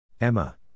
Emma